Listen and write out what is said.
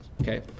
okay